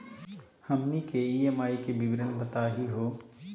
हमनी के ई.एम.आई के विवरण बताही हो?